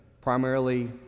primarily